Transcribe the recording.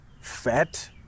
fat